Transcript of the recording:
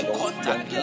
contact